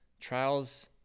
trials